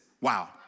Wow